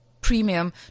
premium